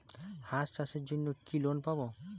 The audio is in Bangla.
হাঁস চাষের জন্য কি লোন পাব?